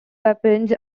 weapons